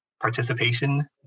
participation